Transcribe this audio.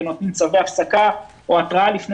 ואנחנו נותנים צווי הפסקה או התראה לקראת